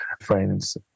friends